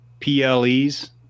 PLEs